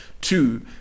Two